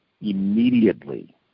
immediately